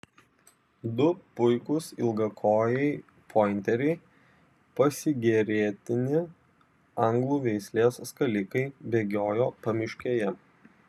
du puikūs ilgakojai pointeriai pasigėrėtini anglų veislės skalikai bėgiojo pamiškėje